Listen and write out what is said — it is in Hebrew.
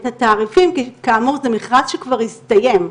התעריפים, כי כאמור זה מכרז שכבר הסתיים.